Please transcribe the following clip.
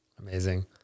Amazing